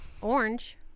orange